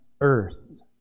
earth